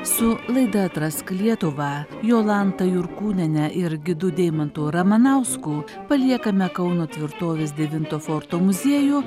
su laida atrask lietuvą jolanta jurkūniene ir gidu deimantu ramanausku paliekame kauno tvirtovės devinto forto muziejų